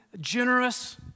generous